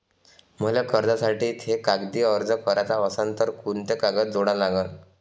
मले कर्जासाठी थे कागदी अर्ज कराचा असन तर कुंते कागद जोडा लागन?